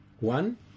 One